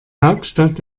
hauptstadt